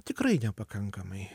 tikrai nepakankamai